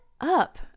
up